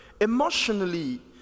Emotionally